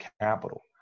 capital